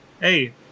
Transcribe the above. Hey